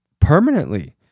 permanently